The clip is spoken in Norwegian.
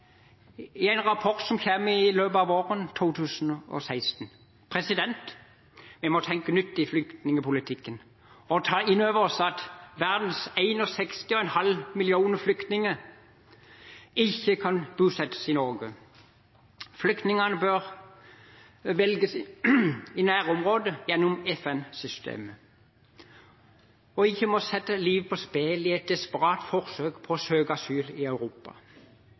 i en rapport som kommer i løpet av våren 2016. Vi må tenke nytt i flyktningpolitikken og ta inn over oss at verdens 61,5 millioner flyktninger ikke kan bosettes i Norge. Flyktningene bør hjelpes i nærområdet gjennom FN-systemet og ikke sette livet på spill i et desperat forsøk på å søke asyl i Europa.